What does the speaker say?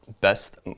best